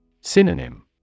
Synonym